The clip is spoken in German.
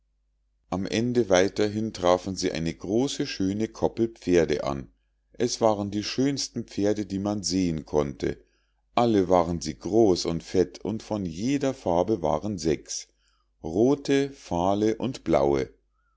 ein ende weiter hin trafen sie eine große schöne koppel pferde an es waren die schönsten pferde die man sehen konnte alle waren sie groß und fett und von jeder farbe waren sechs rothe fahle und blaue